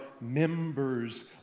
members